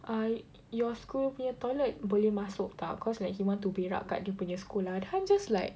uh your school punya toilet boleh masuk tak cause like he want to berak kat dia punya sekolah then I'm just like